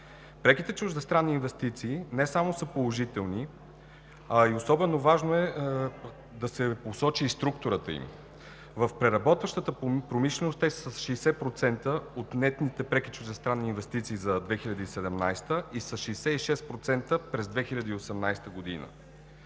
Преките чуждестранни инвестиции са не само положителни, но е особено важно да се посочи структурата им. В преработващата промишленост те са 60% от нетните преки чуждестранни инвестиции за 2017 г. и са 66% за 2018 г.